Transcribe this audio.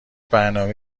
برنامه